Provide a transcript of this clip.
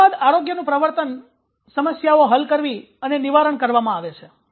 ત્યાર બાદ આરોગ્યનું પ્રવર્તન સમસ્યાઓ હલ કરવી અને નિવારણ કરવામાં આવે છે